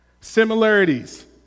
similarities